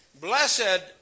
Blessed